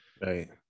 right